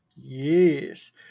Yes